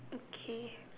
okay